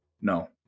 No